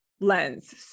lens